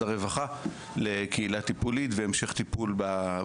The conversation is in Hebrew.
הרווחה לקהילה טיפולית והמש טיפול.